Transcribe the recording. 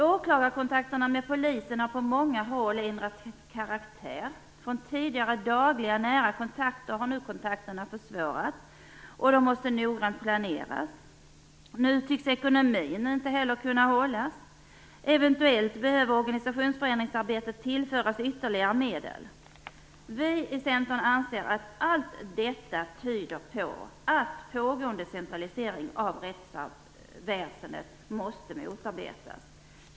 Åklagarkontakterna med polisen har på många håll ändrat karaktär. Från att det tidigare varit dagliga nära kontakter har nu kontakterna försvårats, och de måste noga planeras. Nu tycks inte heller ekonomin kunna hållas. Eventuellt behöver organisationsförändringsarbetet tillföras ytterligare medel. Vi i Centern anser att allt detta tyder på att pågående centralisering av rättsväsendet måste motarbetas.